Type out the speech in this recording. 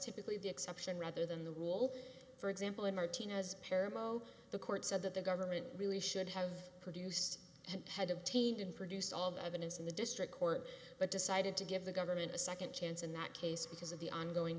typically the exception rather than the rule for example in martina's parable the court said that the government really should have produced and had obtained and produced all the evidence in the district court but decided to give the government a second chance in that case because of the ongoing